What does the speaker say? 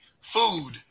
food